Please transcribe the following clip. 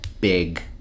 big